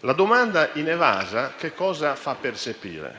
La domanda inevasa che cosa fa percepire?